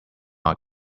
are